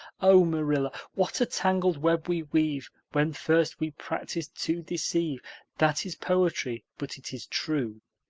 oh, marilla, what a tangled web we weave when first we practice to deceive that is poetry, but it is true.